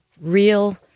real